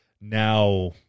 now